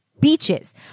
beaches